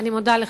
אני מודה לך.